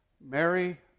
Mary